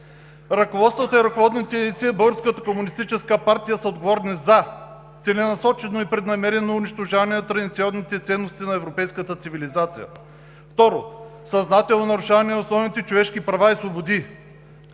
„Ръководството и ръководните дейци в Българската комунистическа партия са отговорни за: 1. целенасочено и преднамерено унищожаване на традиционните ценности на европейската цивилизация; 2. съзнателно нарушаване на основните човешки права и свободи;